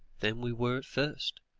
than we were at first.